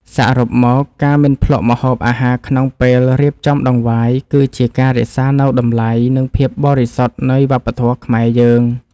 សរុបមក ការមិនភ្លក្សម្ហូបអាហារក្នុងពេលរៀបចំដង្វាយ គឺជាការរក្សានូវតម្លៃ និងភាពបរិសុទ្ធនៃវប្បធម៌ខ្មែរយើង។